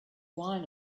wine